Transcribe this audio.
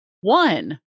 one